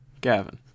Gavin